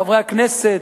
חברי הכנסת